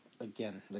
again